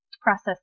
process